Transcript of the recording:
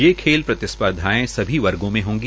ये खेल प्रतिस्पर्धाएं सभी वर्गो में होगी